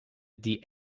die